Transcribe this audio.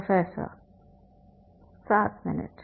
professor 7 minute